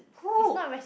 who